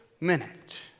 minute